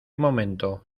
momento